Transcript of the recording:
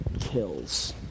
kills